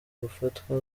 gufatwa